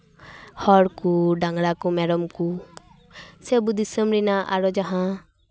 ᱦᱚᱲ ᱠᱚ ᱰᱟᱝᱨᱟ ᱠᱚ ᱢᱮᱨᱚᱢ ᱠᱚ ᱥᱮ ᱟᱵᱚ ᱫᱤᱥᱚᱢ ᱨᱮᱱᱟᱜ ᱟᱨᱚ ᱡᱟᱦᱟᱸ